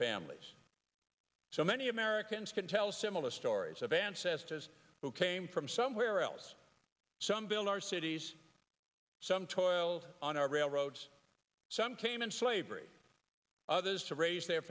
families so many americans can tell similar stories of ancestors who came from somewhere else some build our cities some toil on our railroads some came in slavery others to raise their